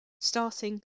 starting